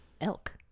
Elk